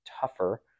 tougher